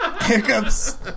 hiccups